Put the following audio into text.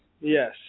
Yes